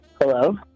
Hello